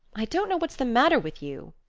i don't know what's the matter with you,